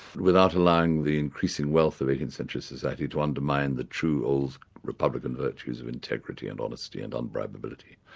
without allowing the increasing wealth of eighteenth century society to undermine the true old republican virtues of integrity and honesty and unbribability.